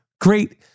great